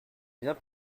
viens